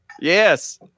Yes